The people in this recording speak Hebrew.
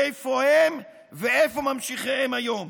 איפה הם ואיפה ממשיכיהם היום?